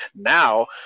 Now